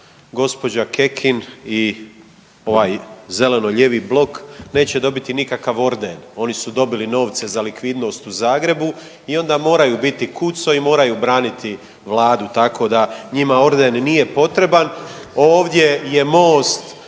gospođa Kekin i ovaj Zeleno lijevi blok neće dobiti nikakav orden. Oni su dobili novce za likvidnost u Zagrebu i onda moraju biti kuco i moraju braniti Vladu tako da njima orden nije potreban. Ovdje je most